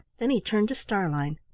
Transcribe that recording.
then he turned to starlein.